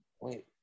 wait